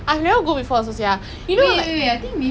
நான் கொஞ்சம்:naan konjam hygienic leh